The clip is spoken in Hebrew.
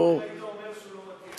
היית אומר שהוא לא מתאים.